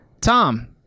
Tom